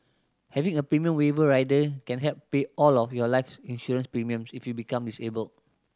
having a premium waiver rider can help pay all of your life insurance premiums if you become disabled